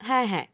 হ্যাঁ হ্যাঁ